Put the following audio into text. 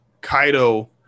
Kaido